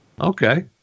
okay